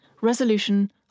Resolution